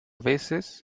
veces